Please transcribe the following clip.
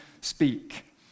speak